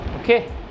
okay